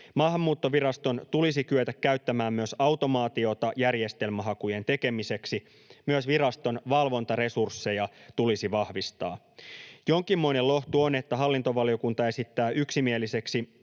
Maahanmuuttoviraston tulisi kyetä käyttämään myös automaatiota järjestelmähakujen tekemiseksi. Myös viraston valvontaresursseja tulisi vahvistaa. Jonkinmoinen lohtu on, että hallintovaliokunta esittää yksimielisesti